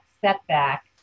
setback